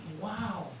wow